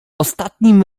ostatnim